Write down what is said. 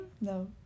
No